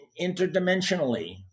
interdimensionally